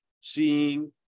seeing